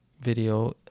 video